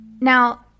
Now